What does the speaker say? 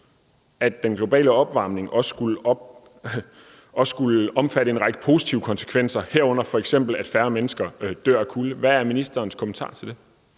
at den globale opvarmning også skulle omfatte en række positive konsekvenser, herunder f.eks. at færre mennesker dør af kulde. Hvad er ministerens kommentar til det?